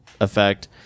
effect